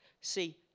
See